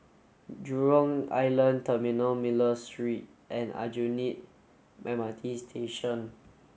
Jurong Island Terminal Miller Street and Aljunied M R T Station